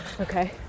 Okay